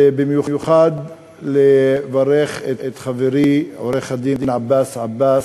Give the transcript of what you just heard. ובמיוחד לברך את חברי עורך-הדין עבאס עבאס,